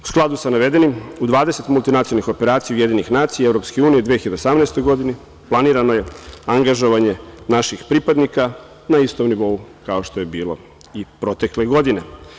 U skladu sa navedenim u 20 multinacionalnih operacija UN i EU u 2018. godini planirano je angažovanje naših pripadnika na istom nivou kao što je bilo i protekle godine.